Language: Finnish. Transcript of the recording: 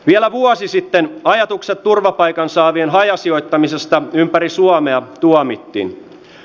vielä vuosi sitten ajatukset turvapaikan saavien hajasijoittamisesta ympäri suomea tuomittiin